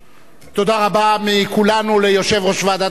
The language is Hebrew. תודה רבה מכולנו ליושב-ראש ועדת הכנסת,